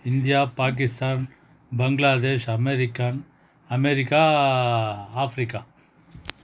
India Pakistan Bangladesh American America Africa